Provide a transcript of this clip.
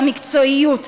המקצועיות,